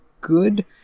good